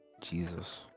Jesus